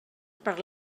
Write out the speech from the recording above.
per